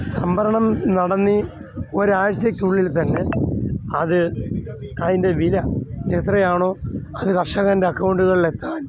സംഭരണം നടന്നു ഈ ഒരു ആഴ്ചയ്ക്കുള്ളിൽ തന്നെ അത് അതിൻ്റെ വില എത്രയാണോ അത് കർഷകൻ്റെ അക്കൗണ്ടുകളിലെത്താൻ